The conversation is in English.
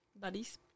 buddies